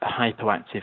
hyperactive